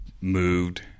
moved